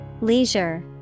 Leisure